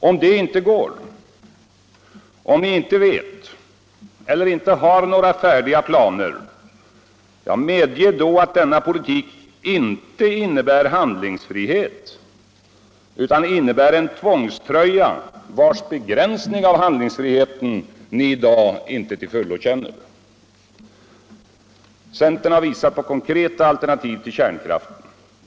Om detta inte går — om ni inte vet eller inte har några färdiga planer — medge då att denna politik inte innebär handlingsfrihet, utan en tvångströja vars begränsning av handlingsfriheten ni i dag inte till fullo känner. Centern har visat på konkreta alternativ till kärnkraften.